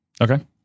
Okay